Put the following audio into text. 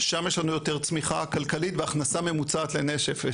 שם יש לנו יותר צמחיה כלכלית והכנסה ממוצעת לנפש.